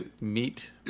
meet